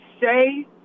say